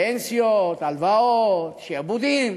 פנסיות, הלוואות, שעבודים,